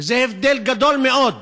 וזה הבדל גדול מאוד.